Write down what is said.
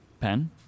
pen